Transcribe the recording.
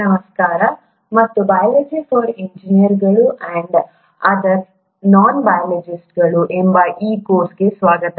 ನಮಸ್ಕಾರ ಮತ್ತು biology for ಇಂಜಿನಿಯರ್ಗಳು ಅಂಡ್ ಅದರ್ ನಾನ್ ಬಯಾಲಜಿಸ್ಟ್ಗಳು ಎಂಬ ಈ ಕೋರ್ಸ್ಗೆ ಸುಸ್ವಾಗತ